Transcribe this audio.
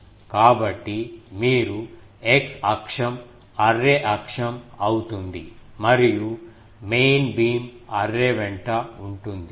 కాబట్టి మీరు x అక్షం అర్రే అక్షం అవుతుంది మరియు మెయిన్ బీమ్ అర్రే వెంట ఉంటుంది